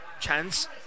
chance